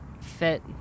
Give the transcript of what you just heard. fit